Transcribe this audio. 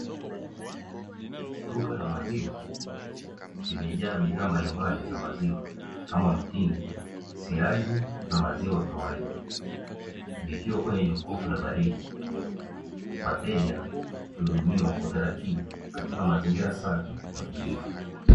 Duka la maziwa limejaa bidhaa mbali mbali za maziwa kama vile siagi na maziwa kawaida, ikiwa kwenye jokofu la baridi, wateja huudumiwa kwa utaratibu katika mazingira safi na tulivu.